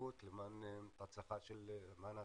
בהתנדבות למען ההצלחה של כולנו.